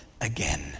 again